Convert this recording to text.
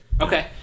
Okay